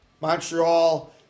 Montreal